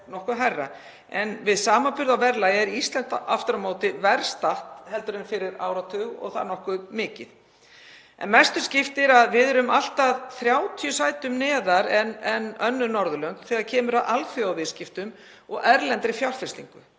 en við samanburð á verðlagi er Ísland aftur á móti verr statt heldur en fyrir áratug og það nokkuð mikið. En mestu skiptir að við erum allt að 30 sætum neðar en önnur Norðurlönd þegar kemur að alþjóðaviðskiptum og erlendri fjárfestingu.